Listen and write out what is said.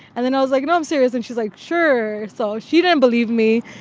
and then i was like, no, i'm serious. and she's like, sure so she didn't believe me.